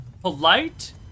polite